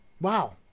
Wow